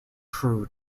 crew